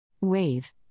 WAVE